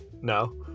No